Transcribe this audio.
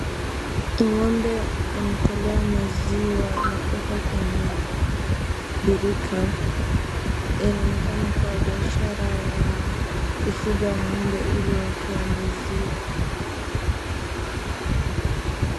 Ng'ombe anatolewa maziwa na kuwekwa kwenye birika. Inaonekana kuwa biashara ya kufunga ng'ombe ili watoe maziwa.